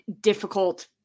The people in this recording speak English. difficult